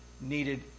needed